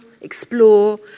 explore